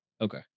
Okay